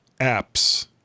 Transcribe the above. apps